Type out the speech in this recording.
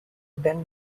then